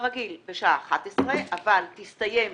כרגיל בשעה 11:00 אבל תסתיים